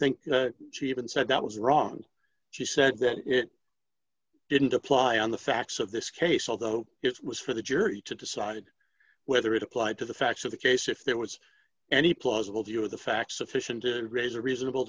think she even said that was wrong she said that it didn't apply on the facts of this case although it was for the jury to decide whether it applied to the facts of the case if there was any plausible view of the facts sufficient to raise a reasonable